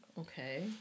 Okay